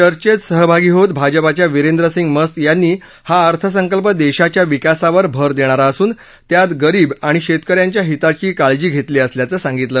चर्घेत सहभागी होत भाजपाच्या विरेंद्र सिंग मस्त यांनी हा अर्थसंकल्प देशाच्या विकासावर भर देणारा असून त्यात गरीब आणि शेतकऱ्यांच्या हिताची काळजी घेतली असल्याचं सांगितलं